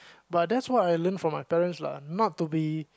but that's what I learned from my parents lah not to be